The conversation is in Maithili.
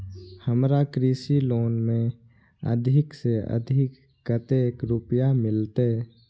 हमरा कृषि लोन में अधिक से अधिक कतेक रुपया मिलते?